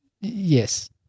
Yes